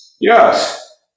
Yes